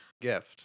gift